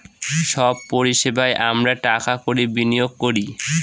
সব পরিষেবায় আমরা টাকা কড়ি বিনিয়োগ করি